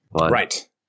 Right